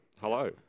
Hello